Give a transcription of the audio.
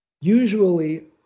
usually